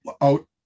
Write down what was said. out